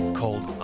called